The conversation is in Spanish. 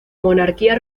monarquía